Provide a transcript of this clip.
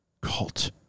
Cult